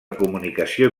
comunicació